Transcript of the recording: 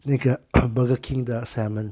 那个 burger king 的 salmon